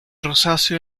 rosáceo